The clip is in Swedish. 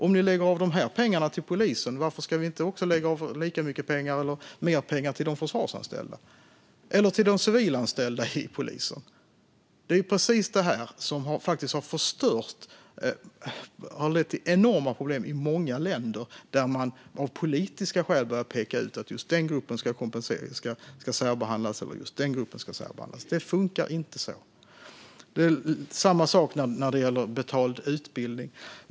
Om ni avsätter de här pengarna till polisen, varför avsätter ni då inte lika mycket eller mer pengar till de försvarsanställda eller till de civilanställda i polisen? Precis det här har lett till enorma problem i många länder där man av politiska skäl börjat peka ut att den eller den gruppen ska särbehandlas. Det funkar inte så. Det är samma sak när det gäller betald utbildning.